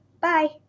Bye